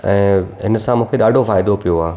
ऐं हिन सां मूंखे ॾाढो फ़ाइदो पियो आहे